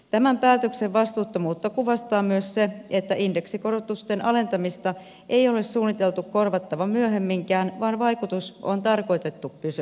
tämän päätöksen vastuuttomuutta kuvastaa myös se että indeksikorotusten alentamista ei ole suunniteltu korvattavan myöhemminkään vaan vaikutus on tarkoitettu pysyväksi